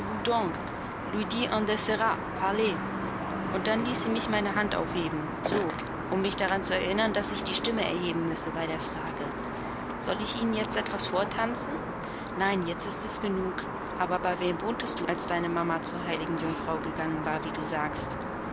und dann ließ sie mich meine hand aufheben so um mich daran zu erinnern daß ich die stimme erheben müsse bei der frage soll ich ihnen jetzt etwas vortanzen nein jetzt ist es genug aber bei wem wohntest du als deine mama zur heiligen jungfrau gegangen war wie du sagst